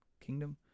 Kingdom